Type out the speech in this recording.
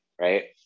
Right